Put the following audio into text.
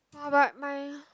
!whoa! but mine